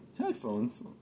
headphones